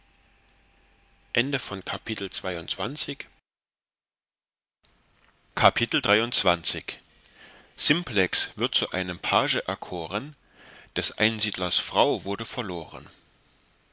simplex wird zu einem page erkoren seines einsiedlers frau wurde verloren